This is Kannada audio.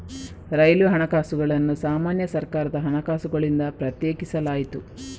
ರೈಲ್ವೆ ಹಣಕಾಸುಗಳನ್ನು ಸಾಮಾನ್ಯ ಸರ್ಕಾರದ ಹಣಕಾಸುಗಳಿಂದ ಪ್ರತ್ಯೇಕಿಸಲಾಯಿತು